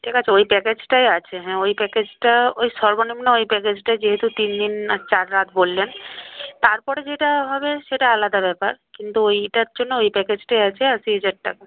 ঠিক আছে ওই প্যাকাজটাই আছে হ্যাঁ ওই প্যাকাজটা ওই সর্বনিম্ন ওই প্যাকাজটায় যেহেতু তিন দিন আর চার রাত বললেন তারপরে যেটা হবে সেটা আলাদা ব্যাপার কিন্তু ওইটার জন্য ওই প্যাকাজটাই আছে আশি হাজার টাকা